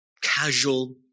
casual